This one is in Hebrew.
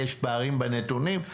יש פערים בנתונים,